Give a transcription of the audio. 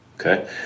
okay